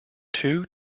two